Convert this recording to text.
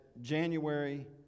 January